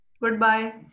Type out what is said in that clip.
Goodbye